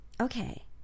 Okay